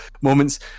moments